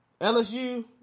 LSU